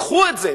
קחו את זה.